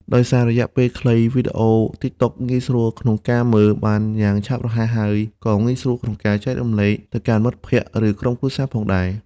ដោយសាររយៈពេលខ្លី វីដេអូ TikTok ងាយស្រួលក្នុងការមើល បានយ៉ាងឆាប់រហ័ស ហើយក៏ ងាយស្រួលក្នុងការចែករំលែក ទៅកាន់មិត្តភក្ដិ ឬក្រុមគ្រួសារផងដែរ។